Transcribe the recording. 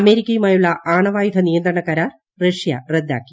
അമേരിക്കയുമായുള്ള ആണവായുധ നിയന്ത്രണ കരാർ റഷ്യ റദ്ദാക്കി